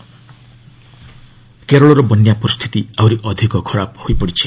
Kerala rain କେରଳର ବନ୍ୟା ପରିସ୍ଥିତି ଆହୁରି ଅଧିକ ଖରାପ ହୋଇପଡ଼ିଛି